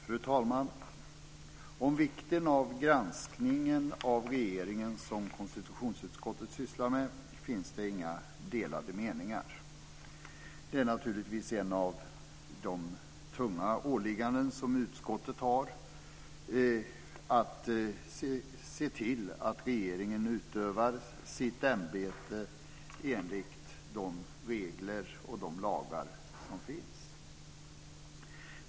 Fru talman! Om vikten av den granskning av regeringen som konstitutionsutskottet sysslar med finns det inga delade meningar. Ett av utskottets tunga åligganden är naturligtvis att se till att regeringen utövar sitt ämbete enligt de regler och lagar som finns.